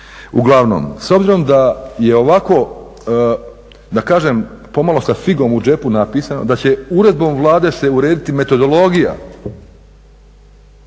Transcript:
Uglavnom, s obzirom da je ovako, da kažem pomalo sa figom u džepu napisano da će uredbom Vlade se urediti metodologija